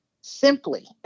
simply